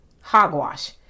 Hogwash